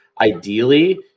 ideally